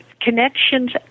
Connections